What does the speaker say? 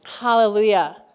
Hallelujah